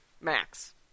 max